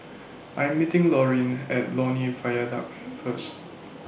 I Am meeting Laureen At Lornie Viaduct First